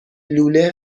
لوله